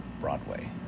Broadway